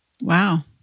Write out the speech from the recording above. Wow